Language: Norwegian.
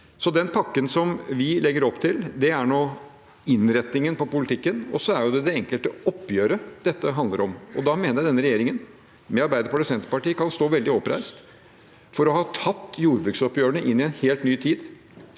Den pakken vi legger opp til, er innretningen på politikken – og så handler dette om det enkelte oppgjøret. Da mener jeg at denne regjeringen med Arbeiderpartiet og Senterpartiet kan stå veldig oppreist for å ha tatt jordbruks oppgjørene inn i en helt ny tid.